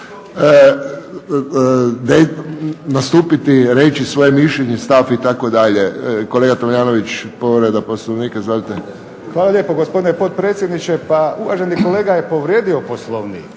nastupiti, reći svoje mišljenje, stav itd. Kolega Tomljanović, povreda Poslovnika, izvolite. **Tomljanović, Emil (HDZ)** Hvala lijepo gospodine potpredsjedniče. Pa uvaženi kolega je povrijedio Poslovnik